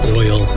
oil